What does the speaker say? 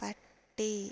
പട്ടി